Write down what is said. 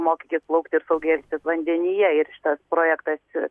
mokytis plaukti ir saugiai elgtis vandenyje ir šitas projektas